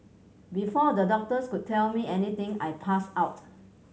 before the doctors could tell me anything I passed out